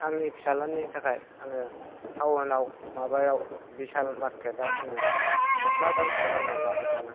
आंनि फिसाज्लानि थाखाय आङो टाउन आव माबायाव भिसाल मारकेट आव आङो गस्ला गांसे बायनानै लाबोदोंमोन